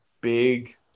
big